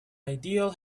ideal